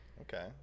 Okay